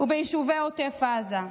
וביישובי עוטף עזה,